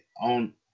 on